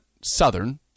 southern